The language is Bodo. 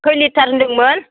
खै लिटार होन्दोंमोन